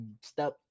step